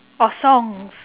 or songs